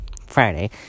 Friday